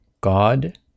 God